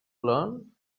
learn